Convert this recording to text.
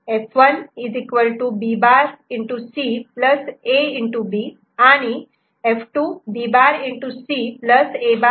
पण इथे ही कॉमन टर्म दोघांमध्येही प्राईम एम्पली कँट आहे